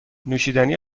نوشیدنی